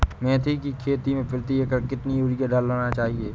मेथी के खेती में प्रति एकड़ कितनी यूरिया डालना चाहिए?